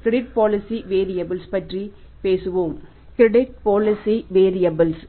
credit policy variables